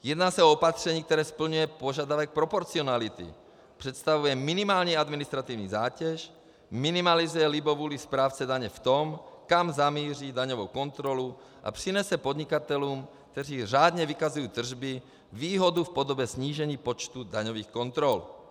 Jedná se o opatření, které splňuje požadavek proporcionality, představuje minimální administrativní zátěž, minimalizuje libovůli správce daně v tom, kam zamíří daňovou kontrolu, a přinese podnikatelům, kteří řádně vykazují tržby, výhodu v podobě snížení počtu daňových kontrol.